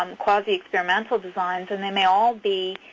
um quasi-experimental designs and they may all be